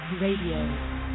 Radio